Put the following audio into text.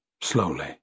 slowly